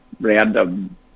random